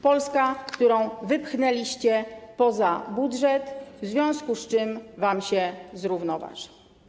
Polska, którą wypchnęliście poza budżet, w związku z czym wam się on zrównoważył.